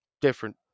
different